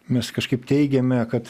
mes kažkaip teigiame kad